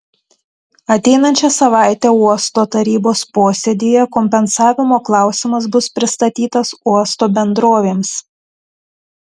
ateinančią savaitę uosto tarybos posėdyje kompensavimo klausimas bus pristatytas uosto bendrovėms